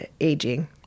aging